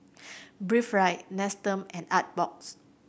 Breathe Right Nestum and Artbox